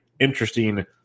Interesting